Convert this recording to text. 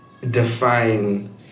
define